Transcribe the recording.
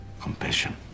compassion